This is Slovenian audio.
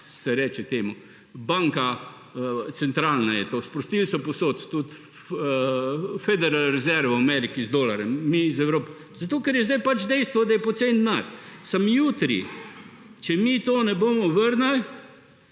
se reče temu, banka centralna je to, sprostili so povsod, tudi Federal Reserve v Ameriki z dolarjem. Zato, ker je sedaj pač dejstvo, da je poceni denar. Samo jutri, če mi to ne bomo vrnili